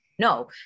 No